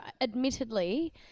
admittedly